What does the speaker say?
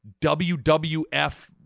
WWF